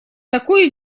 такой